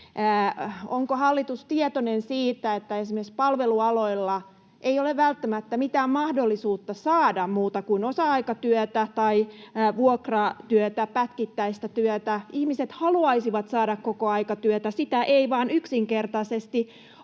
Onko hallitus tietoinen siitä, että esimerkiksi palvelualoilla ei ole välttämättä mitään mahdollisuutta saada muuta kuin osa-aikatyötä tai vuokratyötä, pätkittäistä työtä? Ihmiset haluaisivat saada kokoaikatyötä, sitä ei vain yksinkertaisesti